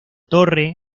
torre